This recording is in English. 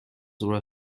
were